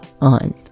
on